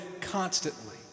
constantly